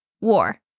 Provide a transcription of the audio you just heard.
war